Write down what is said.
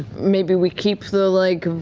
maybe we keep the, like,